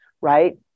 Right